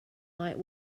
might